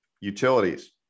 Utilities